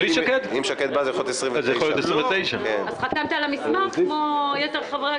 עם שקד זה יכול להיות 29. אז חתמת על המסמך כמו יתר חברי הכנסת אצלכם?